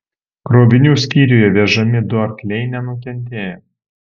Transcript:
krovinių skyriuje vežami du arkliai nenukentėjo